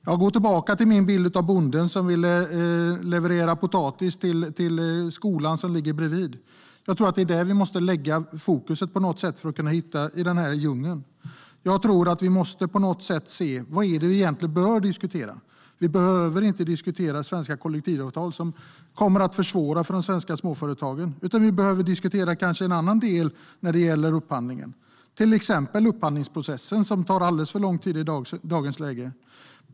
Jag vill gå tillbaka till min bild av bonden som ville leverera potatis till skolan som ligger bredvid bondens mark. Det är där som vi måste sätta fokus för att man ska kunna hitta i den här djungeln av regler. Vi måste se vad det egentligen är som vi borde diskutera. Vi behöver inte diskutera svenska kollektivavtal som kommer att försvåra för de svenska småföretagen, utan vi behöver kanske diskutera en annan del av upphandlingen, till exempel upphandlingsprocessen som tar alldeles för lång tid i dag.